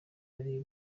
bari